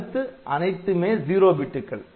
அடுத்து அனைத்துமே '0' பிட்டுகள்